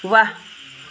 ৱাহ